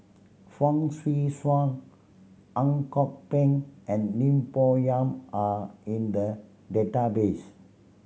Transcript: Fong Swee Suan Ang Kok Peng and Lim Bo Yam are in the database